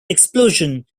explosion